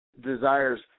desires